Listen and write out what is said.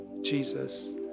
Jesus